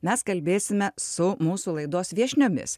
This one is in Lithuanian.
mes kalbėsime su mūsų laidos viešniomis